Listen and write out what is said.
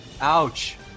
Ouch